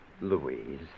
Louise